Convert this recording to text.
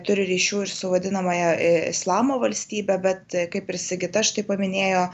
turi ryšių ir su vadinamąja islamo valstybe bet kaip ir sigita paminėjo